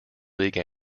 league